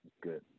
good